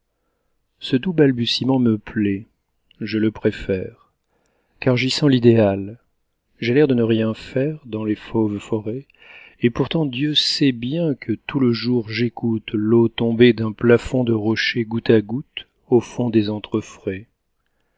ce doux balbutiement me plaît je le préfère car j'y sens l'idéal j'ai l'air de ne rien faire dans les fauves forêts et pourtant dieu sait bien que tout le jour j'écoute l'eau tomber d'un plafond de rochers goutte à goutte au fond des antres frais